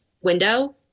window